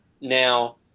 now